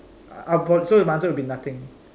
I prob~ so my answer will be nothing